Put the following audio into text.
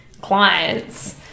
clients